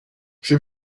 few